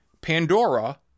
Pandora